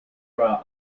brawl